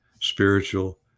spiritual